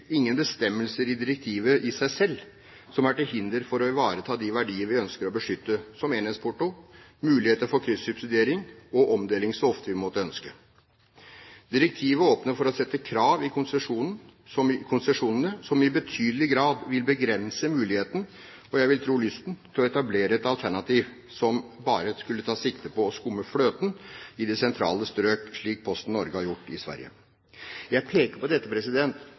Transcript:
ingen bestemmelser i direktivet i seg selv som er til hinder for å ivareta de verdier vi ønsker å beskytte, slik som enhetsporto, muligheter for kryssubsidiering og omdeling så ofte vi måtte ønske. Direktivet åpner for å sette krav i konsesjonene som i betydelig grad vil begrense muligheten – og jeg vil tro lysten – til å etablere et alternativ som bare tar sikte på å skumme fløten i de sentrale strøk, slik Posten Norge har gjort i Sverige. Jeg peker på dette